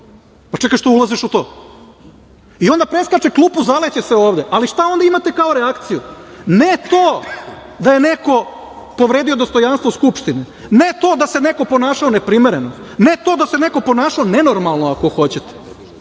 čekaj zašto ulaziš u to? I onda preskače klupu zaleće se ovde. Ali, šta onda imate kao reakciju, ne to da je neko povredio dostojanstvo Skupštine, ne to da se neko ponašao neprimereno, ne to da se neko ponašao nenormalno, ako hoćete,